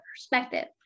perspective